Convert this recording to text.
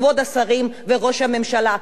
כבוד השרים וראש הממשלה,